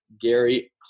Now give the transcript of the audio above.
Gary